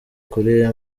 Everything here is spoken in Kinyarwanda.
kuri